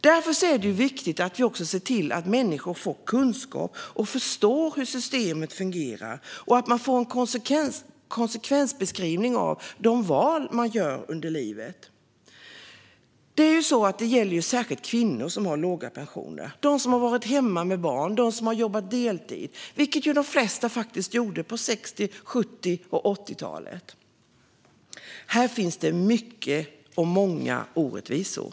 Därför är det viktigt att vi ser till att människor får kunskap om och förstår hur systemet fungerar och att man får en konsekvensbeskrivning av de val man gör under livet. Det gäller särskilt kvinnor som har låga pensioner, de som har varit hemma med barn och de som har jobbat deltid, vilket ju de flesta faktiskt gjorde på 60-, 70 och 80-talen. Här finns det många orättvisor.